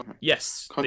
Yes